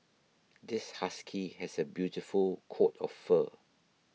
this husky has a beautiful coat of fur